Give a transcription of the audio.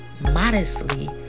modestly